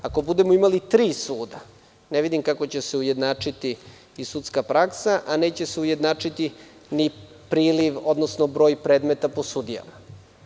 Ako budemo imali tri suda, ne vidim kako će se ujednačiti sudska praksa, a neće se ujednačiti ni priliv, odnosno broj predmeta po sudijama.